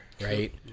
right